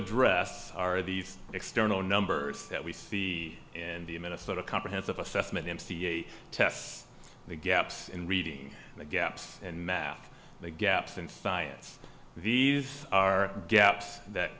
address are these external numbers that we see in the minnesota comprehensive assessment m c a tests the gaps in reading the gaps in math the gaps in science these are gaps that